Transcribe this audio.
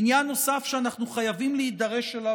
עניין נוסף שאנחנו חייבים להידרש אליו